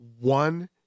one